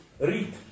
read